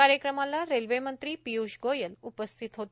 कार्यक्रमाला रेल्वेमंत्री पिय्ष गोलय उपस्थित होते